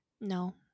No